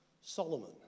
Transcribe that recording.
Solomon